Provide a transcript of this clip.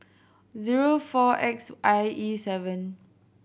zero four X I E seven